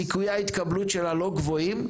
סיכויי ההתקבלות שלה לא גבוהים,